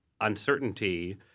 uncertainty